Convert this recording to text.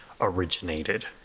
originated